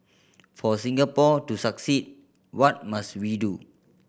for Singapore to succeed what must we do